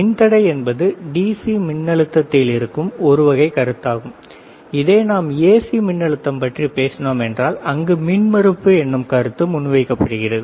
மின்தடை என்பது D C மின் அழுத்தத்தில் இருக்கும் ஒருவகை கருத்தாகும் இதே நாம் ஏசி மின்னழுத்தம் பற்றி பேசினோம் என்றால் அங்கு மின் மறுப்பு என்னும் கருத்தும் முன்வைக்கப்படுகிறது